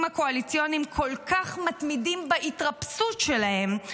הקואליציוניים כל כך מתמידים בהתרפסות שלהם,